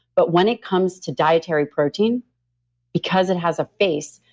but when it comes to dietary protein because it has a face,